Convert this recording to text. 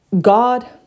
God